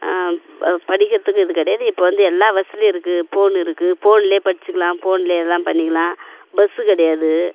படிக்கறதுக்கு இது கிடையாது இப்போ வந்து எல்லா வசதியும் இருக்குது போன் இருக்குது போன்லேயே படிச்சுக்கலாம் போன்லேயே எதெல்லாம் பண்ணிக்கலாம் பஸ்ஸு கிடையாது